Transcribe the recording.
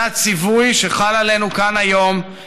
זה הציווי שחל כאן היום עלינו,